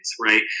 right